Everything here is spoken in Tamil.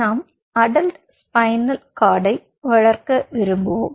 நாம் அடல்ட் ஸ்பைனல் கார்டை வளர்க்க விரும்புவோம்